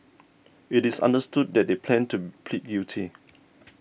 it is understood that they plan to plead guilty